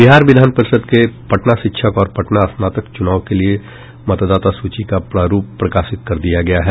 बिहार विधान परिषद के पटना शिक्षक और पटना स्नातक चुनाव के लिये मतदाता सूची का प्रारूप प्रकाशित कर दिया गया है